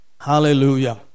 Hallelujah